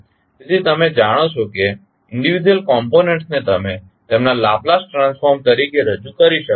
તેથી તમે જાણો છો કે વ્યક્તિગત ઘટકો ને તમે તેમના લાપ્લાસ ટ્રાન્સફોર્મ તરીકે રજૂ કરી શકો છો